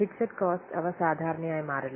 fixed cost അവ സാധാരണയായി മാറില്ല